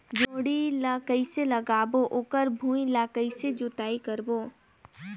जोणी ला कइसे लगाबो ओकर भुईं ला कइसे जोताई करबो?